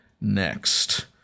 next